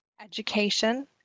education